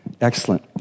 excellent